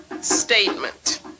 statement